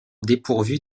dépourvues